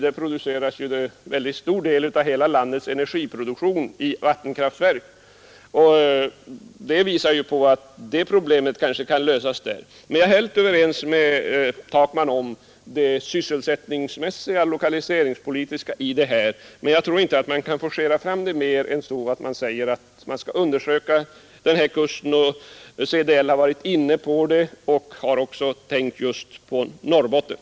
Där produceras en mycket stor del av hela landets energi i vattenkraftverk, och det visar att det problemet kanske kan lösas där. Jag är helt överens med herr Takman om den sysselsättningsmässiga och lokaliseringspolitiska betydelsen, men jag tror inte att man skall forcera fram frågan mer än så, att man säger att Nr 128 man skall undersöka den här kusten. CDL har varit inne på det och har Torsdagen den också tänkt just på Norrbotten.